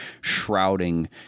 shrouding